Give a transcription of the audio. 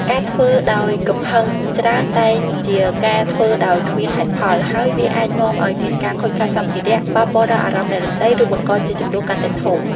ការធ្វើអ្វីដោយកំហឹងច្រើន តែងជាការធ្វើដោយគ្មានហេតុផល ហើយ វាអាចនាំឲ្យមានការខូចខាតសម្ភារៈ ប៉ះពាល់ដល់អារម្មណ៍អ្នកដទៃ ឬបង្កជាជម្លោះកាន់តែធំ។